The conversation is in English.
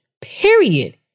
period